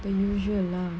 for usual lah